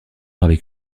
avec